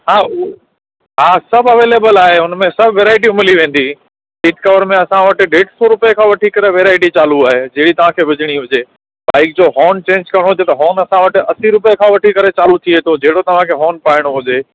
हा उहो हा सभु अवेलेबल आहे उनमें सभु वैरायटियूं मिली वेंदी इंश्योर में असां वटि डेढ़ सौ रुपए खां वठी करे वैरायटी चालू आहे जहिड़ी तव्हांखे विझणी हुजे बाइक जो हॉर्न चेंज करिणो हुजे त हॉर्न असां वटि असी रुपए खां वठी करे चालू थी वेंदो जहिड़ो तव्हांखे हॉर्न पायणो हुजे